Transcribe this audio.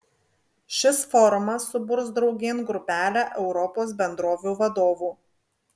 šis forumas suburs draugėn grupelę europos bendrovių vadovų